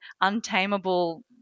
untamable